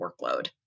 workload